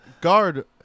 guard